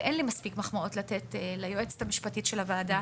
ואין לי מספיק מחמאות לתת ליועצת המשפטית של הוועדה,